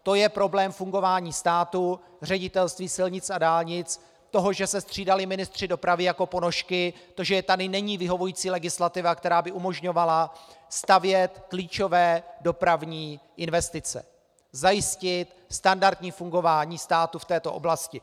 To je problém fungování státu, Ředitelství silnic a dálnic, toho, že se ministři dopravy střídali jako ponožky, že tady není vyhovující legislativa, která by umožňovala stavět klíčové dopravní investice, zajistit standardní fungování státu v této oblasti.